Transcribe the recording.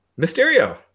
Mysterio